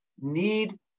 need